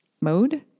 mode